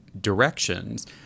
directions